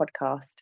podcast